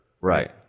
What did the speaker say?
Right